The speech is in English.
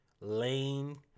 Lane